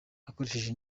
akoresheje